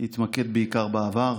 התמקד בעיקר בעבר,